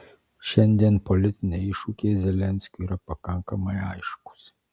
šiandien politiniai iššūkiai zelenskiui yra pakankamai aiškūs